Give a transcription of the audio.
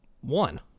one